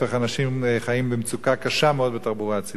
האנשים חיים במצוקה קשה מאוד בתחבורה הציבורית.